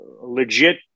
legit